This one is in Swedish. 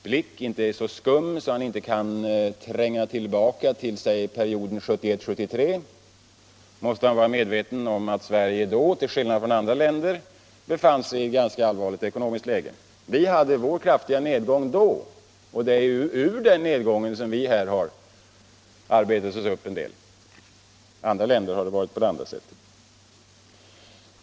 Om inte hans blick är så skum att han inte kan tränga tillbaka till den perioden, måste han vara medveten om att Sverige då, till skillnad från andra länder, befann sig i ett ganska allvarligt läge. Vi hade vår kritiska nedgång då, och det är ur den ned gången vi har arbetat oss upp en del. För andra länder har det varit på annat sätt.